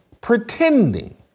pretending